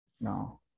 No